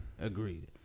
Agreed